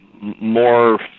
more